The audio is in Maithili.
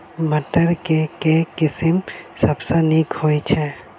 मटर केँ के किसिम सबसँ नीक होइ छै?